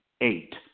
Eight